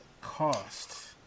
cost